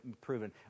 proven